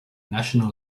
national